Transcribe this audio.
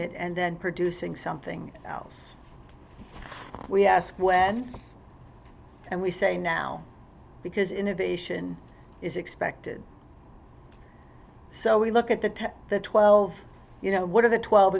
it and then producing something else we ask when and we say now because innovation is expected so we look at the to the twelve you know what are the twelve